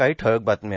काही ठळक बातम्या